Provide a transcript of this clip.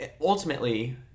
ultimately